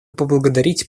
поблагодарить